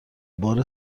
بار